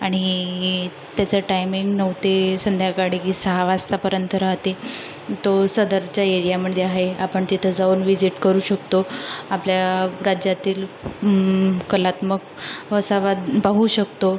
आणि त्याचा टायमिंग नऊ ते संध्याकाळी सहा वाजतापर्यंत राहते तो सदरच्या एरियामध्ये आहे आपण तिथं जाऊन व्हिजीट करू शकतो आपल्या राज्यातील कलात्मक वसावा पाहू शकतो